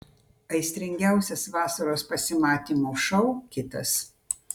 aistringiausias vasaros pasimatymų šou kitas